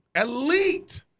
elite